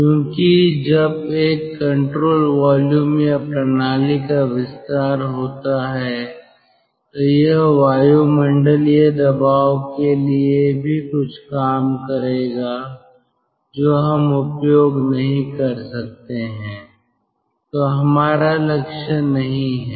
क्योंकि जब एक कंट्रोल वॉल्यूम या प्रणाली का विस्तार होता है तो यह वायुमंडलीय दबाव के लिए भी कुछ काम करेगा जो हम उपयोग नहीं कर सकते हैं जो हमारा लक्ष्य नहीं है